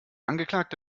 angeklagte